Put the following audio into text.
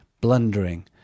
blundering